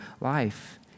life